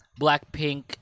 Blackpink